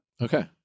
okay